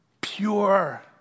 pure